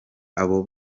abo